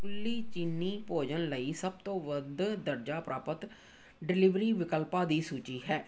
ਓਲੀ ਚੀਨੀ ਭੋਜਨ ਲਈ ਸਭ ਤੋਂ ਵੱਧ ਦਰਜਾ ਪ੍ਰਾਪਤ ਡਿਲੀਵਰੀ ਵਿਕਲਪਾਂ ਦੀ ਸੂਚੀ ਹੈ